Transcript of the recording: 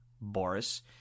Boris